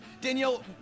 Danielle